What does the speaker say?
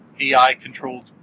AI-controlled